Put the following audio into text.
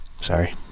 Sorry